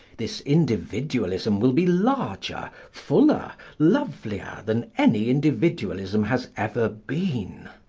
this individualism will be larger, fuller, lovelier than any individualism has ever been.